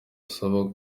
asaba